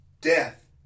death